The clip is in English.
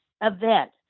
event